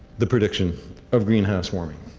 the prediction of greenhouse warming.